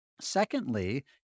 Secondly